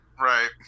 Right